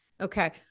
Okay